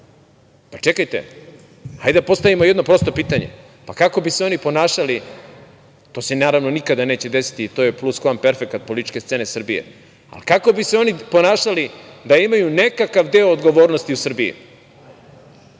čekajte, hajde da da postavimo jedno prosto pitanje – a kako bi se oni ponašali, to se, naravno, nikada neće desiti, to je pluskvamperfekat političke scene Srbije, ali kako bi se oni ponašali da imaju nekakav deo odgovornosti u Srbiji,